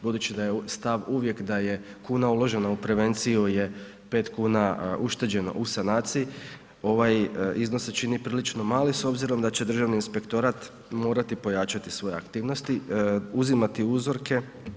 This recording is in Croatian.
Budući da je stav uvijek da je kuna uložena u prevenciju je pet kuna ušteđeno u sanaciji ovaj iznos se čini prilično mali s obzirom da će Državni inspektorat morati pojačati svoje aktivnosti, uzimati uzorke.